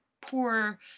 poor